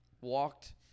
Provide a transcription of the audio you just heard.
walked